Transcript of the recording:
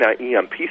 EMP